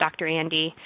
drandy